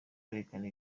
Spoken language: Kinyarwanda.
berekana